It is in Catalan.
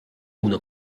una